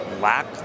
lack